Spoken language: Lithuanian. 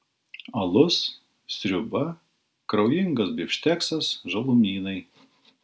alus sriuba kraujingas bifšteksas žalumynai